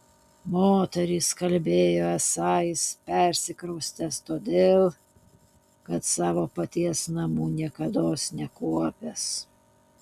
moterys kalbėjo esą jis persikraustęs todėl kad savo paties namų niekados nekuopęs